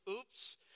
Oops